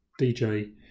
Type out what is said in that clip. DJ